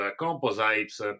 composites